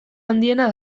handiena